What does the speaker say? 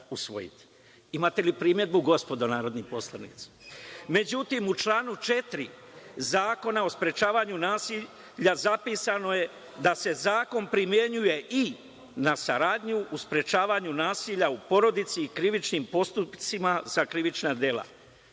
Imate li primedbu gospodo narodni poslanici? Međutim, u članu 4. Zakona o sprečavanju nasilja zapisano je da se zakon primenjuje i na saradnju u sprečavanju nasilja u porodici krivičnim postupcima za krivična dela,